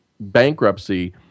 bankruptcy